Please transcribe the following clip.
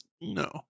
no